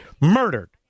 murdered